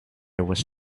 was